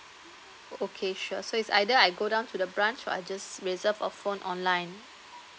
okay sure so is either I go down to the branch or I just reserve a phone online